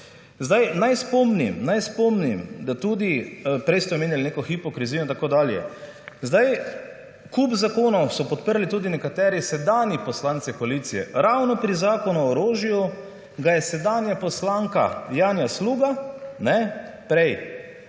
naj spomnim, da tudi, prej ste omenjali neko hipokrizijo in tako dalje, zdaj, kup zakonov so podprli tudi nekateri sedanji poslanci koalicije, ravno pri Zakonu o orožju, ga je sedanja poslanka Janja Sluga, prej